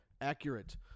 accurate